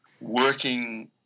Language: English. working